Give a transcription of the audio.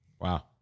Wow